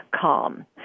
calm